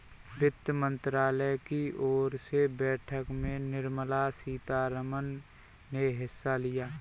वित्त मंत्रालय की ओर से बैठक में निर्मला सीतारमन ने हिस्सा लिया